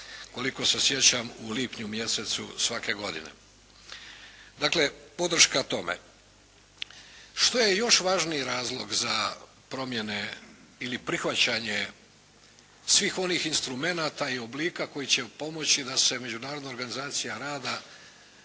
koliko se sjećam u lipnju mjesecu svake godine. Dakle, podrška tome. Što je još važniji razlog za promjene ili prihvaćanje svih onih instrumenata i oblika koji će pomoći da se Međunarodna organizacija rada